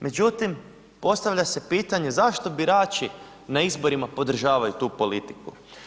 Međutim, postavlja se pitanje zašto birači na izborima podržavaju tu politiku.